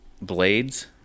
blades